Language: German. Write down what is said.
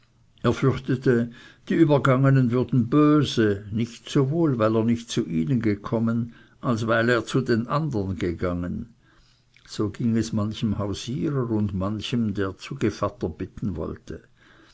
er fürchtete die übergangenen würden böse nicht sowohl weil er nicht zu ihnen gekommen als weil er zu den andern gegangen so ging es manchem hausierer und manchem der zu gevatter bitten wollte